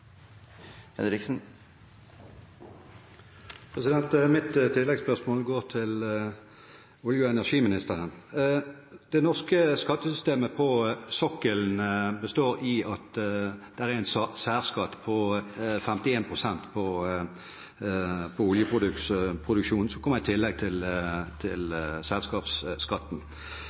Mitt oppfølgingsspørsmål går til olje- og energiministeren. Det norske skattesystemet på sokkelen består i at det er en særskatt på 51 pst. på oljeproduksjonen, som kommer i tillegg til selskapsskatten.